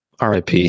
RIP